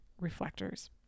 reflectors